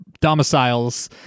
domiciles